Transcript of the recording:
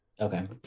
Okay